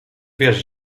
wiesz